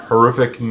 Horrific